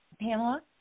Pamela